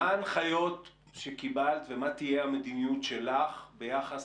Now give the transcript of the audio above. מה הנחיות שקיבלת ומה תהיה המדיניות שלך ביחס,